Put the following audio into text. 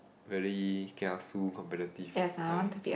very kiasu competitive kind